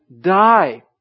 die